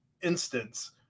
instance